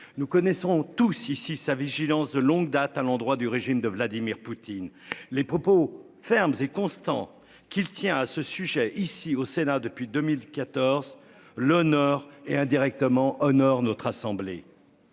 Nous connaissons tous ici sa vigilance de longue date à l'endroit du régime de Vladimir Poutine. Les propos fermes et constant qu'il tient à ce sujet, ici au Sénat depuis 2014, l'honneur et indirectement honore notre assemblée.